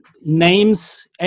names